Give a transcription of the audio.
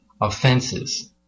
offenses